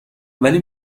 ولی